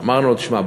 אמרנו לו: שמע,